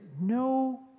no